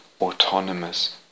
autonomous